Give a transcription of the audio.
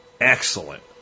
excellent